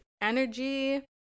energy